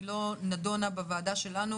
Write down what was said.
היא לא נדונה בוועדה שלנו.